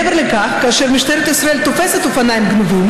מעבר לכך, כאשר משטרת ישראל תופסת אופניים גנובים,